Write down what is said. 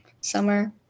summer